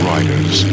Riders